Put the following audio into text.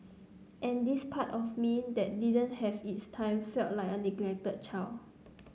and this part of me that didn't have its time felt like a neglected child